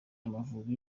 amavubi